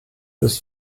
des